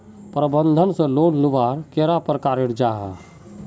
प्रबंधन से लोन लुबार कैडा प्रकारेर जाहा?